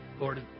Lord